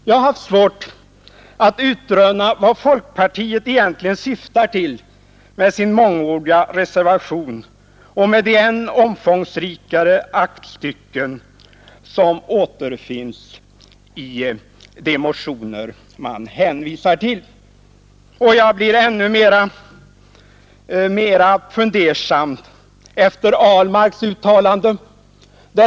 Jag har haft svårt att utröna vad Skatt på reklam, folkpartiet egentligen syftar till med sin mångordiga reservation och med 10808 de än omfångsrikare aktstycken som återfinns i de motioner som man hänvisar till. Jag blir än mer fundersam efter herr Ahlmarks uttalande.